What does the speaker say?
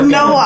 no